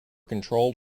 controlled